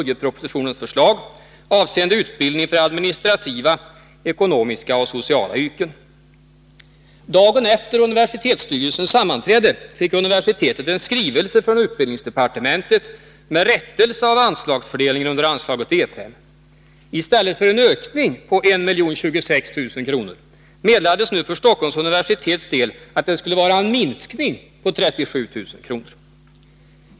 Dagen efter universitetsstyrelsens sammanträde fick universitetet en skrivelse från utbildningsdepartementet med rättelse av anslagsfördelningen under anslaget E 5. I stället för en ökning på 1 026 000 kr. meddelades nu för Stockholms universitets del att det skulle vara en minskning med 37 000 kr.